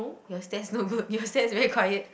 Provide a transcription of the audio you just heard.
your stats not good your stats very quiet